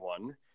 one